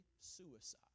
suicide